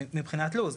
מבחינת לו"ז,